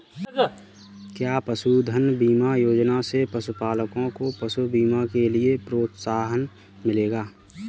क्या पशुधन बीमा योजना से पशुपालकों को पशु बीमा के लिए प्रोत्साहन मिलेगा?